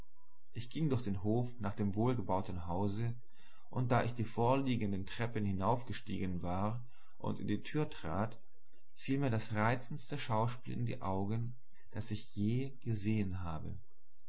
ich ging durch den hof nach dem wohlgebauten hause und da ich die vorliegenden treppen hinaufgestiegen war und in die tür trat fiel mir das reizendste schauspiel in die augen das ich je gesehen habe